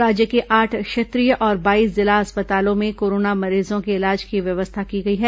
राज्य के आठ क्षेत्रीय और बाईस जिला अस्पतालों में कोरोना मरीजों के इलाज की व्यवस्था की गई है